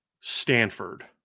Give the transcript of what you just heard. Stanford